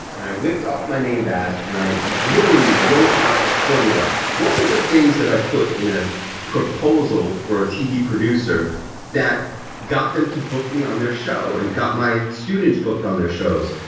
and i whipped off my name badge and i literally wrote out the formula. what were the things that i put in a proposal for a t v. producer that got them to book me on their show and got my students booked on their shows.